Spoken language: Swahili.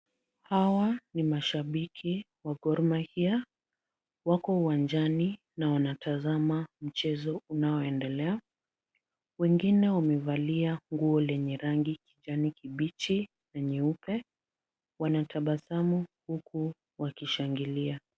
Hawa ni mashabiki wa Gor Mahia. Wako uwanjani na wanatazama mchezo unaoendelea. Wengine wamevalia nguo lenye rangi kijani kibichi na nyeupe. Wanatabasamu huku wakishangilia.